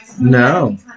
No